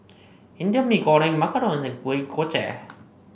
Indian Mee Goreng macarons and Kuih Kochi